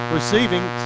Receiving